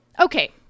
Okay